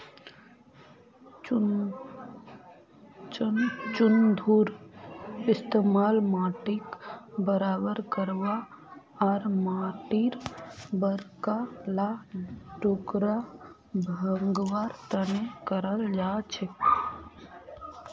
चंघूर इस्तमाल माटीक बराबर करवा आर माटीर बड़का ला टुकड़ा भंगवार तने कराल जाछेक